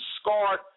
scarred